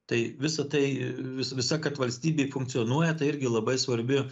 tai visa tai vis visa kad valstybė funkcionuoja tai irgi labai svarbi